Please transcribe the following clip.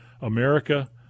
America